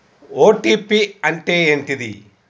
OTP అంటే ఏంటిది?